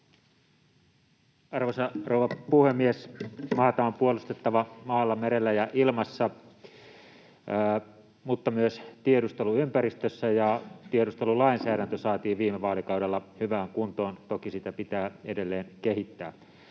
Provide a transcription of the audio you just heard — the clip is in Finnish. Arvoisa rouva puhemies! Maata on puolustettava maalla, merellä ja ilmassa mutta myös tiedusteluympäristössä, ja tiedustelulainsäädäntö saatiin viime vaalikaudella hyvään kuntoon — toki sitä pitää edelleen kehittää.